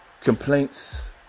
complaints